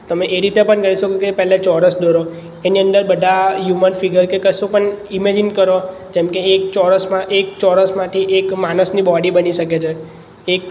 તમે એ રીતે પણ કરી શકો કે પહેલે ચોરસ દોરો તેની અંદર બધા હ્યુમન ફિગર કે કશું પણ ઇમેજિન કરો જેમકે એક ચોરસમાં એક ચોરસમાંથી એક માણસની બોડી બની શકે છે એક